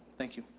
thank you.